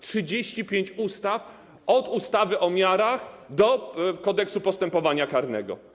35 ustaw - od ustawy o miarach do Kodeksu postępowania karnego.